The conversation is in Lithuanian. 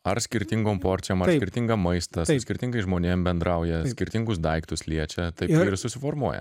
ar skirtingom porcijom ar skirtingą maistą su skirtingais žmonėm bendrauja skirtingus daiktus liečia taip ir susiformuoja